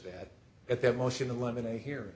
that at that motion the lemonade here